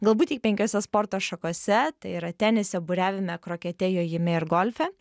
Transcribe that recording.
galbūt tik penkiose sporto šakose tai yra tenise buriavime krokete jojime ir golfe